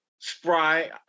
spry